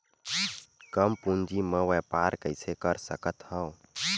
कम पूंजी म व्यापार कइसे कर सकत हव?